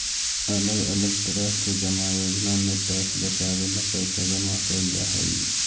अलग अलग तरह के जमा योजना में टैक्स बचावे ला पैसा जमा कैल जा हई